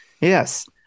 Yes